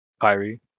Kyrie